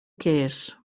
case